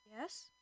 Yes